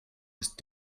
ist